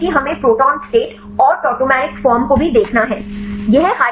यहां देखें कि हमें प्रोटॉन स्टेट और टॉटोमेरिक फॉर्म को भी देखना है